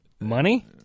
Money